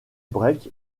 break